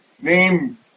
name